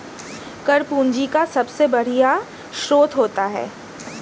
कर पूंजी का सबसे बढ़िया स्रोत होता है